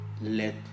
let